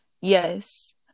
Yes